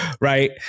Right